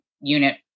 unit